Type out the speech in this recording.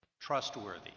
trustworthy